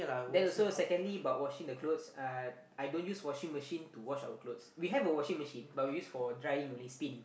then also secondly about washing the clothes uh I don't use washing machine to wash our clothes we have a washing machine but we use for drying only spin